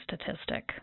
statistic